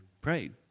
prayed